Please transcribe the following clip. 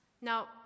Now